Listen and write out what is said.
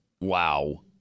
Wow